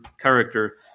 character